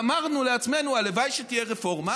ואמרנו לעצמנו: הלוואי שתהיה רפורמה